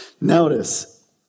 Notice